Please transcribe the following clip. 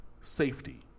safety